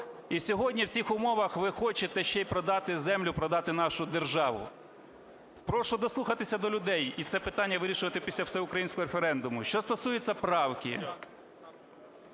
І сьогодні в цих умовах ви хочете ще й продати землю, продати нашу державу! Прошу дослухатися до людей і це питання вирішувати після всеукраїнського референдуму. Що стосується правки